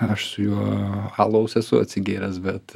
aš su juo alaus esu atsigėręs bet